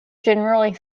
generally